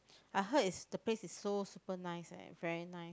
I heard it's the place is so super nice eh very nice